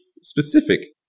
specific